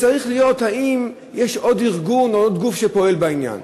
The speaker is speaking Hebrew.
האם יש עוד ארגון או עוד גוף שפועל בעניין.